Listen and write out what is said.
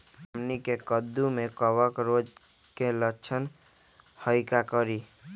हमनी के कददु में कवक रोग के लक्षण हई का करी?